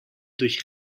durch